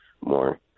more